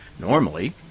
Normally